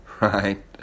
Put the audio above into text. right